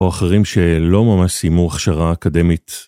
או אחרים שלא ממש סיימו הכשרה אקדמית.